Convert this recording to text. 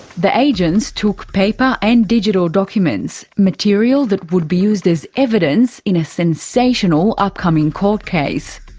the agents took paper and digital documents, material that would be used as evidence in a sensational upcoming court case.